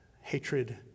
hatred